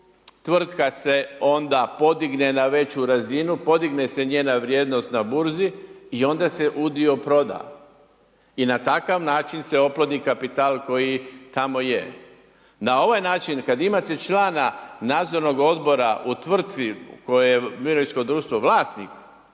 tvrtka se onda podigne na veću razinu, podigne se njena vrijednost na burzi i onda se udio proda. I na takav način se oplodi kapital koji tamo je, na ovaj način kad imate člana nadzornog odbora u tvrtki koje je mirovinsko društvo vlasnik,